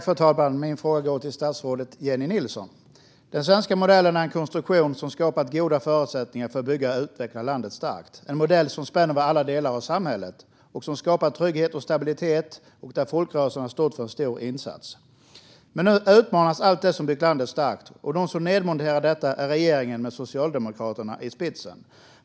Fru talman! Min fråga går till statsrådet Jennie Nilsson. Den svenska modellen är en konstruktion som har skapat goda förutsättningar för att bygga och utveckla landet starkt. Den spänner över alla delar av samhället och skapar trygghet och stabilitet, och folkrörelserna har här gjort en stor insats. Men nu utmanas allt som byggt landet starkt, och de som nedmonterar detta är regeringen med Socialdemokraterna i spetsen.